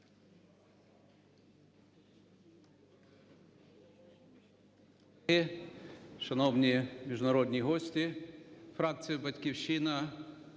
Дякую.